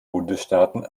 bundesstaaten